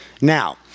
now